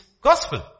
gospel